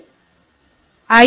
எனவே ஐ